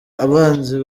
abanzi